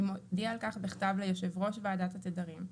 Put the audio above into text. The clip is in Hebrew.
אם הודיע על כך בכתב ליושב ראש ועדת התדרים,